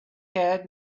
had